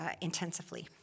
intensively